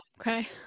Okay